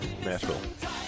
Nashville